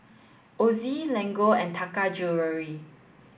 Ozi Lego and Taka Jewelry